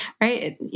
right